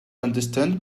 understand